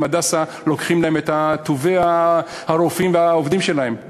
"הדסה" לוקחים להם את טובי הרופאים והעובדים שלהם,